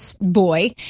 boy